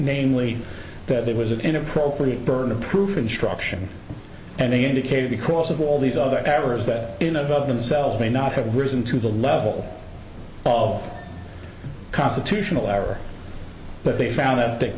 namely that there was an inappropriate burden of proof instruction and they indicated because of all these other errors that in of themselves may not have risen to the level of constitutional error but they found out they